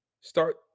start